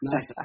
Nice